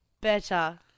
better